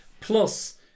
Plus